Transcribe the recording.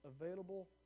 available